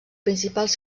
principals